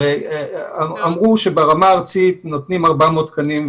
אמרו שברמה הארצית נותנים 400 תקנים,